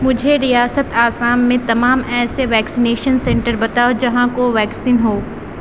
مجھے ریاست آسام میں تمام ایسے ویکسینیشن سینٹر بتاؤ جہاں کوویکسین ہو